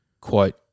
quote